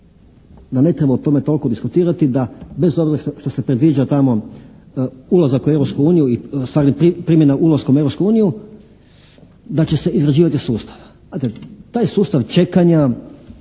da ne treba o tome toliko diskutirati, da bez obzira što se predviđa tamo ulazak u Europsku uniju i ustvari primjena ulaskom u Europsku uniju da će se izrađivati sustav. Taj sustav čekanja